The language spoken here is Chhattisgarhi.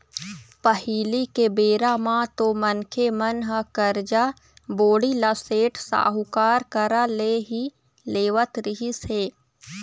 पहिली के बेरा म तो मनखे मन ह करजा, बोड़ी ल सेठ, साहूकार करा ले ही लेवत रिहिस हे